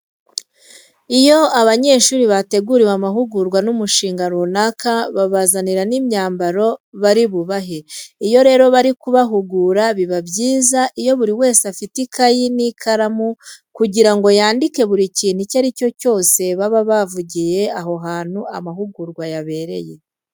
Iyo abanyeshuri bateguriwe amahugurwa n'umushinga runaka, babazanira n'imyambaro bari bubahe. Iyo rero bari kubahugura biba byiza iyo buri wese afite ikayi n'ikaramu kugira ngo yandike buri kintu icyo ari cyo cyose baba bavugiye aho hantu amahugurwa yabereye.